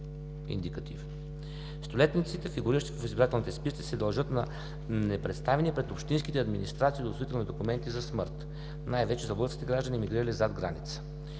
Столетниците, фигуриращи в избирателните списъци, се дължат на непредставени пред общинските администрации удостоверителни документи за смърт, най-вече за българските граждани, емигрирали зад граница.